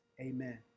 Amen